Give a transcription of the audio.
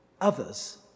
Others